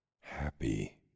happy